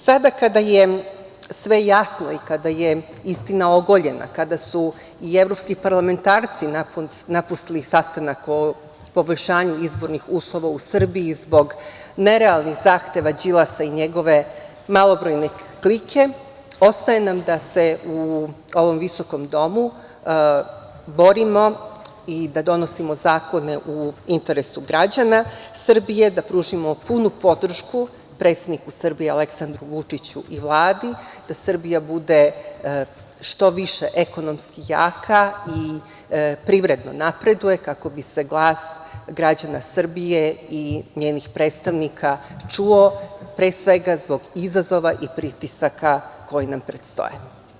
Sada kada je sve jasno i kada je istina ogoljena, kada su i evropski parlamentarci napustili sastanak o poboljšanju izbornih uslova u Srbiji zbog nerealnih zahteva Đilasa i njegove malobrojne klike ostaje nam da se u ovom visokom Domu borimo i da donosimo zakone u interesu građana Srbije, da pružimo punu podršku predsedniku Srbije Aleksandru Vučiću i Vladi, da Srbija bude što više ekonomski jaka i privredno napreduje kako bi se glas građana Srbije i njenih predstavnika čuo, pre svega zbog izazova i pritisaka koji nam predstoje.